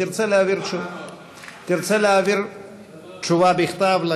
תרצה להעביר תשובה בכתב, מה לענות?